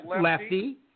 lefty